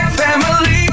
family